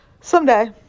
Someday